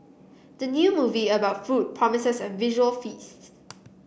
the new movie about food promises a visual feasts